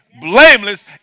Blameless